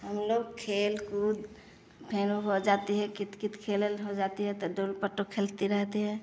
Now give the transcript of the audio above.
हम लोग खेल कूद फिर हो जाती है कित कित खेलल हो जाती है त डुल पट्टू खेलती रहती है